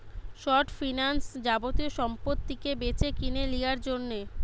short finance যাবতীয় সম্পত্তিকে বেচেকিনে লিয়ার জন্যে